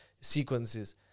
sequences